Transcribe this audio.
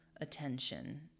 attention